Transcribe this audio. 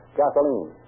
gasoline